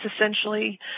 essentially